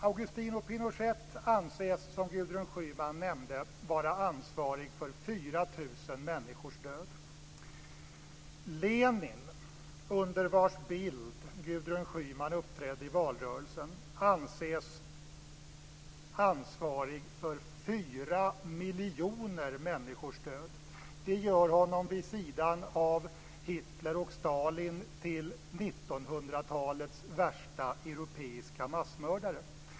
Augusto Pinochet anses, som Gudrun Schyman nämnde, vara ansvarig för 4 000 människors död. Lenin, under vars bild Gudrun Schyman uppträdde i valrörelsen, anses ansvarig för 4 miljoner människors död. Det gör honom, vid sidan av Hitler och Stalin, till 1900-talets värsta europeiska massmördare.